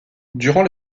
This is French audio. durant